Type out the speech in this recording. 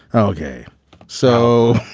okay so,